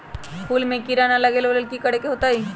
फूल में किरा ना लगे ओ लेल कि करे के होतई?